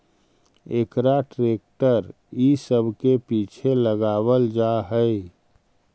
एकरा ट्रेक्टर इ सब के पीछे लगावल जा हई